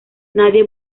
nadie